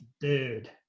Dude